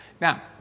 Now